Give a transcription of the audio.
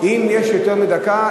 אם אין יותר מדקה,